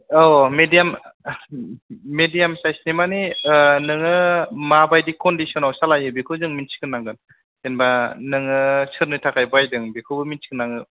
औ मेदियाम मेदियाम साइसनि मानि नोङो मा बायदि खनदिस'नाव सालायो बेखौ जों मिनथि ग्रोनांगोन जेनेबा नोङो सोरनो थाखाय बायदों बेखौ मिथिग्रोनांगोन